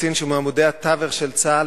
קצין שהוא מעמודי התווך של צה"ל,